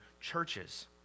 churches